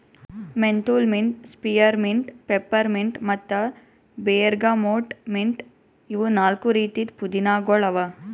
menthol mint, spearmint, peppermint ಮತ್ತ bergamot mint ಇವು ನಾಲ್ಕು ರೀತಿದ್ ಪುದೀನಾಗೊಳ್ ಅವಾ